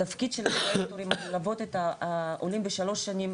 התפקיד שלנו זה ללוות את העולים בשלוש שנים